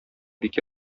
бик